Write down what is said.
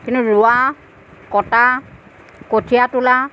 কিন্তু ৰোৱা কটা কঠীয়া তোলা